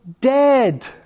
dead